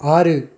ஆறு